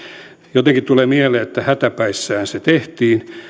jotenkin tulee mieleen että hätäpäissään se tehtiin